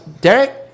Derek